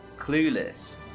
clueless